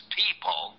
people